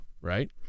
right